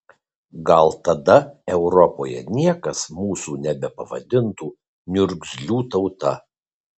gal tada europoje niekas mūsų nebepavadintų niurgzlių tauta